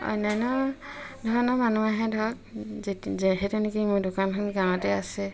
অন্যান্য ধৰণৰ মানুহ আহে ধৰক যে সেই তেনেকেই মোৰ দোকানখন গাঁৱতে আছে